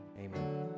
Amen